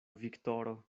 viktoro